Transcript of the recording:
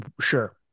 Sure